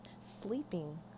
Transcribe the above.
sleeping